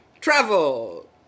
Travel